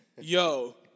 Yo